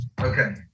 Okay